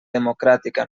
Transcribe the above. democràtica